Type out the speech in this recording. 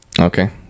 okay